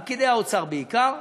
עם פקידי האוצר בעיקר.